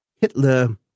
Hitler